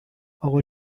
اقا